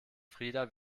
frida